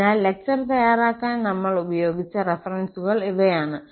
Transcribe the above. അതിനാൽ ലെക്ചർ തയ്യാറാക്കാൻ നമ്മൾ ഉപയോഗിച്ച റഫറൻസുകൾ ഇവയാണ്